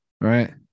right